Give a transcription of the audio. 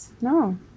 No